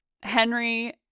Henry